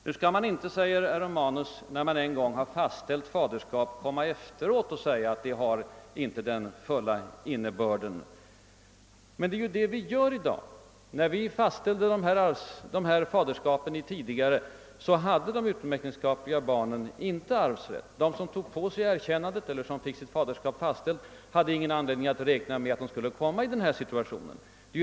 Herr Romanus säger att när man en gång har fastställt faderskap skall man inte efteråt urholka detta. Men det är ju det vi gör i dag. När vi tidigare fastställde faderskap hade de utomäktenskapliga barnen inte arvsrätt. De som erkände faderskap celler fick faderskapet fastställt hade ingen anledning att räkna med att de skulle hamna i den situation som nu föreslås gälla.